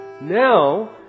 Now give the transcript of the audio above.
Now